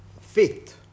fit